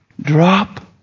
drop